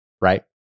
right